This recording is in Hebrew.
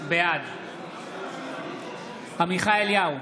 בעד עמיחי אליהו,